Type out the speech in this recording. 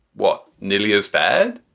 what, nearly as bad?